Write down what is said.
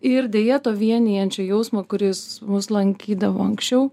ir deja to vienijančio jausmo kuris mus lankydavo anksčiau